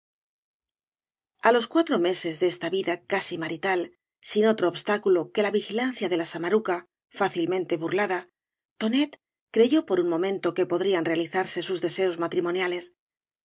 a los cuatro meses de esta vida casi marital sin otro obstáculo que la vigilancia de la samaruca fácilmente burlada tonet creyó por un mo mentó que podrían realizarse sus deseos matrimoniales